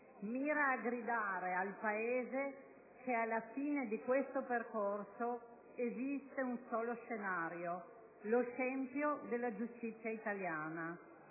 mira a gridare al Paese che alla fine di questo percorso esiste un solo scenario: lo scempio della giustizia italiana.